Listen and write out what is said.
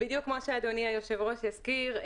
בדיוק כמו שאדוני היושב-ראש הזכיר,